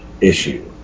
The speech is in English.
issue